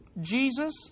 Jesus